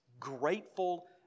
grateful